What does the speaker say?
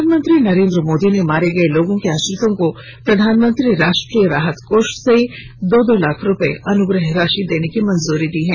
प्रधानमंत्री नरेंद्र मोदी ने मारे गए लोगों के आश्रितों को प्रधानमंत्री राष्ट्रीय राहत कोष से दो दो लाख रुपये अनुग्रह राशि देने की मंजूरी दी है